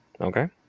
Okay